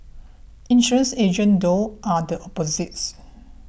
insurance agents though are the opposite